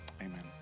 Amen